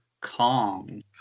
kong